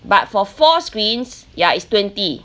but for four screens ya it's twenty